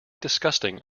disgusting